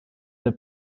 der